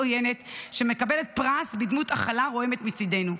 עוינת שמקבלת פרס בדמות הכלה רועמת מצידנו.